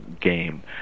game